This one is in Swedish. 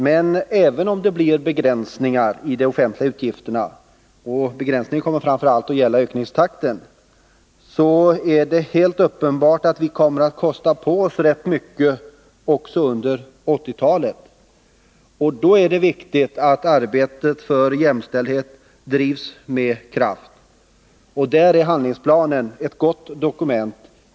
Men även om det blir begränsningar i de offentliga utgifterna — besparingarna kommer framför allt att gälla ökningstakten — så är det uppenbart att vi kommer att kosta på oss rätt mycket också under 1980-talet. Då är det viktigt att arbetet för jämställdhet drivs med kraft. I det arbetet är handlingsplanen ett värdefullt dokument.